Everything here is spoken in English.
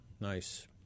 nice